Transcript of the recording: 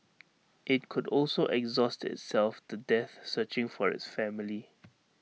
IT could also exhaust itself to death searching for its family